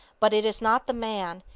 but it is not the man,